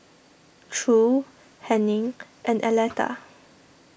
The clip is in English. True Hennie and Aleta